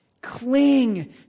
cling